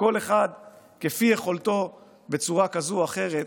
כל אחד כפי יכולתו, בצורה כזו או אחרת.